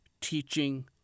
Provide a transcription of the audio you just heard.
teaching